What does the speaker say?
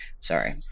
Sorry